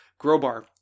Grobar